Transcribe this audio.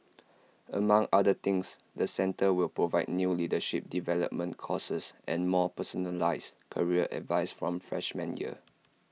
among other things the centre will provide new leadership development courses and more personalised career advice from freshman year